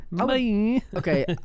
okay